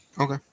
Okay